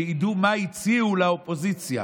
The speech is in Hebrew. שידעו מה הציעו לאופוזיציה.